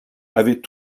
avait